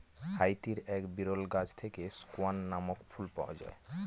হাইতির এক বিরল গাছ থেকে স্কোয়ান নামক ফুল পাওয়া যায়